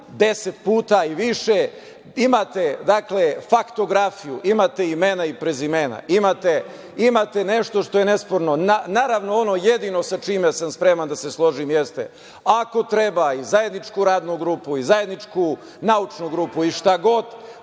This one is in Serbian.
10 puta i više. Imate, dakle, faktografiju, imate imena i prezimena, imate nešto što je nesporno. Naravno, ono jedino sa čime sam spreman da se složim jeste ako treba i zajedničku radnu grupu i zajedničku naučnu grupu i šta god